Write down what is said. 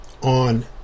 on